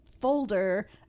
folder